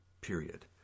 period